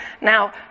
Now